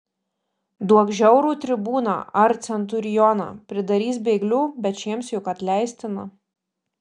duok žiaurų tribūną ar centurioną pridarys bėglių bet šiems juk atleistina